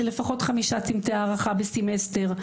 של לפחות חמישה צמתי הערכה בסימסטר,